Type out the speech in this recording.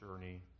journey